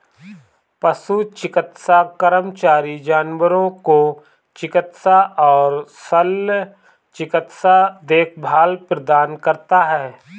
पशु चिकित्सा कर्मचारी जानवरों को चिकित्सा और शल्य चिकित्सा देखभाल प्रदान करता है